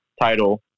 title